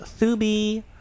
Subi